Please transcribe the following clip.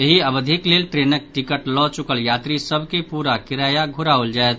एहि अवधिक लेल ट्रेनक टिकट लऽ चुकल यात्री सभ के पूरा किराय घुराओल जायत